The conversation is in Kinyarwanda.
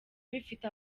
bifite